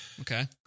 Okay